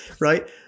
Right